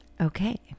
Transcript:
Okay